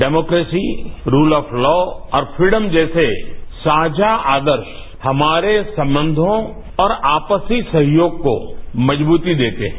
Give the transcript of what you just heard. democracy rule of law और freedom जैसे साझा आदर्श हमारे संबंधों और आपसी सहयोग कोमजबूती देते हैं